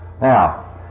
Now